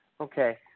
Okay